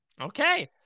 Okay